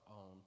own